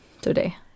today